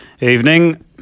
Evening